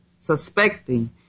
suspecting